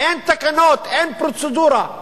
אין תקנות, אין פרוצדורה.